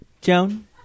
Joan